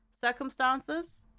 circumstances